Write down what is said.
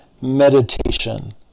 meditation